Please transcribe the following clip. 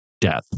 death